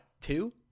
two